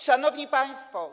Szanowni Państwo!